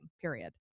period